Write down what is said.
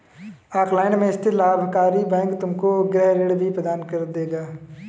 Auckland में स्थित लाभकारी बैंक तुमको गृह ऋण भी प्रदान कर देगा